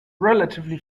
relatively